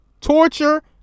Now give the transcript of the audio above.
torture